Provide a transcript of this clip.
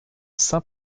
saint